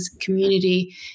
community